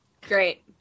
Great